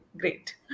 great